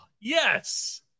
yes